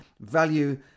value